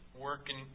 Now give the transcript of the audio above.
working